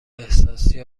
احساسی